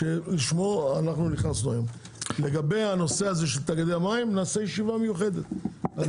שביישובים שלנו, במיוחד הערביים,